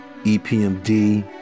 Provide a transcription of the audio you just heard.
EPMD